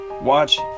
Watch